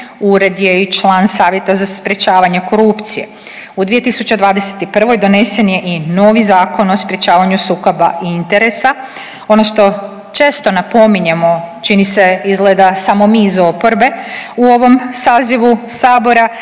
ured je i član savjeta za sprječavanje korupcije. U 2021. donesen je i novi Zakon o sprječavanju sukoba interesa. Ono što često napominjemo čini se izgleda samo mi iz oporbe u ovom sazivu sabora